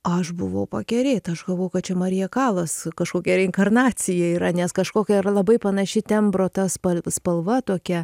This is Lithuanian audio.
aš buvau pakerėta aš galvojau kad čia marija kalas kažkokia reinkarnacija yra nes kažkokia ar labai panaši tembro ta spa spalva tokia